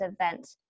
event